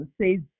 says